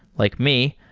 like me,